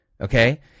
okay